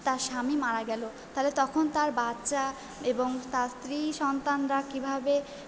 তার স্বামী মারা গেল তাহলে তখন তার বাচ্চা এবং তার স্ত্রী সন্তানরা কীভাবে